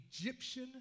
Egyptian